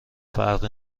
فرقی